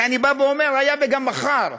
לכן אני אומר שהיה וגם מחר,